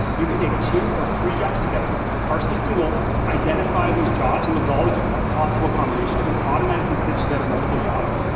you can take two or three jobs together. our system will identify these jobs, and look at all the possible combinations, and automatically stitch together multiple jobs.